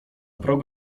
progu